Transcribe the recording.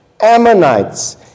Ammonites